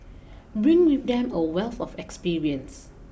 bring with them a wealth of experience